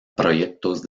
proyectos